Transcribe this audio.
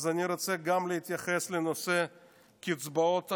אני רוצה להתייחס גם לנושא קצבאות הילדים.